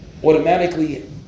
Automatically